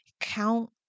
count